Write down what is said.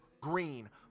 green